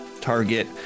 Target